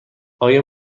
آیا